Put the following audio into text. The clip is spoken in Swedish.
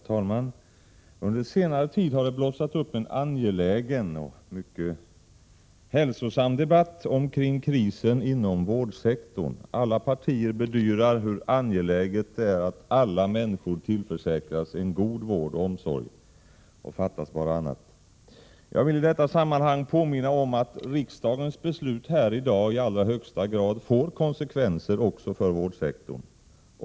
Herr talman! Under senare tid har det blossat upp en angelägen och mycket hälsosam debatt om krisen inom vårdsektorn. Alla partier bedyrar hur angeläget det är att alla människor tillförsäkras en god vård och omsorg — fattas bara annat. Jag vill i detta sammanhang påminna om att riksdagens beslut här i dag i allra högsta grad får konsekvenser också för vårdsektorn.